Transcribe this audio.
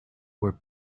were